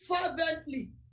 fervently